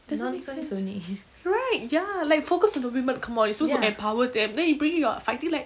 doesn't make sense right ya like focus on the women come one you're supposed to empower them then you bring your fighting like